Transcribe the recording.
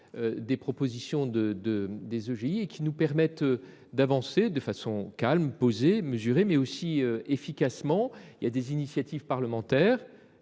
des propositions des EGI, ce qui nous permettrait d’avancer de façon calme, posée, mesurée, mais aussi efficace. Nous observons des initiatives parlementaires,